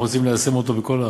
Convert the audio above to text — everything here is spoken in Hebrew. אנחנו רוצים ליישם אותו בכל הארץ.